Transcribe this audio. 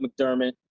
McDermott